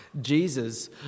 Jesus